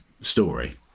story